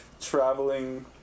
Traveling